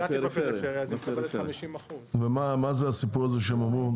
אלעד היא בפריפריה אז היא מקבלת 50%. ומה זה הסיפור שהם אמרו?